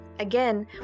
Again